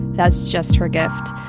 that's just her gift.